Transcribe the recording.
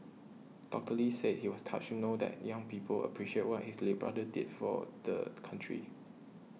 Doctor Lee said he was touched to know that young people appreciate what his late brother did for the country